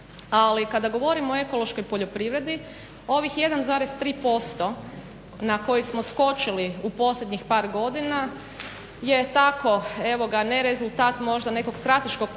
Ali, kada govorimo o ekološkoj poljoprivredi ovih 1,3% na koje smo skočili u posljednjih par godina je tako evo ga ne rezultat možda nekog strateškog promišljanja